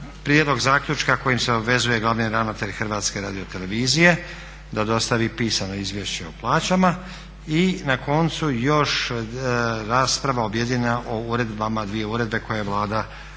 prijedlog zaključka kojim se obvezuje glavni ravnatelj HRT-a da dostavi pisano izvješće o plaćama i na koncu još rasprava objedinjena o uredbama, dvije uredbe koje je Vlada